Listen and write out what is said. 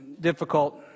difficult